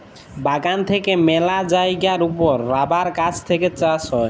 বাগান থেক্যে মেলা জায়গার ওপর রাবার গাছ থেক্যে চাষ হ্যয়